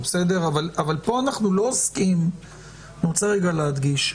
אני רוצה להדגיש,